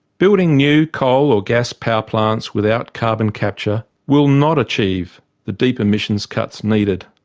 building new coal or gas power plants without carbon capture will not achieve the deep emissions cuts needed.